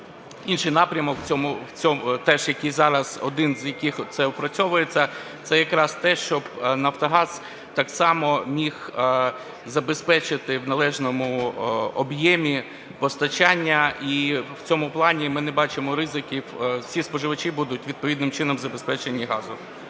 який зараз, один з яких опрацьовується, – це якраз те, щоб Нафтогаз так само міг забезпечити в належному об'ємі постачання. І в цьому плані ми не бачимо ризиків, всі споживачі будуть відповідним чином забезпечені газом.